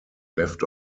left